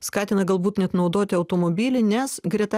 skatina galbūt net naudoti automobilį nes greta